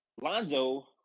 Lonzo